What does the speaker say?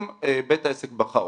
אם בית העסק בחר,